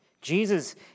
Jesus